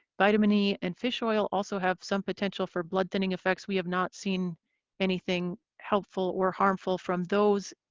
vitamin e and fish oil also have some potential for blood thinning effects. we have not seen anything helpful or harmful from those.